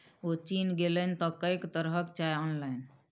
ओ चीन गेलनि तँ कैंक तरहक चाय अनलनि